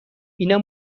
اینا